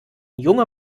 junger